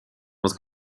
wat